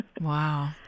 Wow